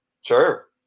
sure